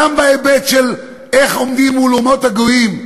גם בהיבט של איך עומדים מול אומות הגויים,